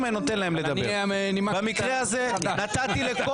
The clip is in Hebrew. המציאו פה